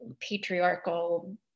patriarchal